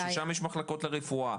ששם יש מחלקות לרפואה,